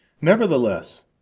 Nevertheless